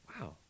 Wow